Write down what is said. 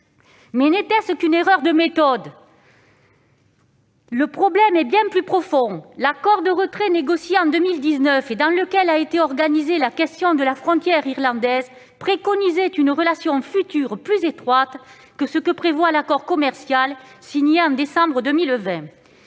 » N'était-ce qu'une erreur de méthode ? Le problème est bien plus profond. L'accord de retrait négocié en 2019 et dans lequel a été organisée la question de la frontière irlandaise préconisait une relation future plus étroite que ce que prévoit l'accord commercial signé au mois de décembre 2020.